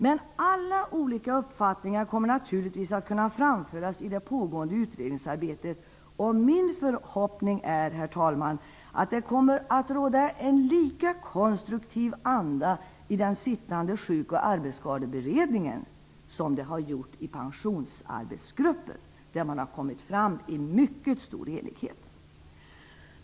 Men alla olika uppfattningar kommer naturligtvis att kunna framföras i det pågående utredningsarbetet, och min förhoppning, herr talman, är att det kommer att råda en lika konstruktiv anda i det nuvarande sjuk och arbetsskadeberedningen som det har gjort i pensionsarbetsgruppen. Där har man kommit fram till mycket stor enighet.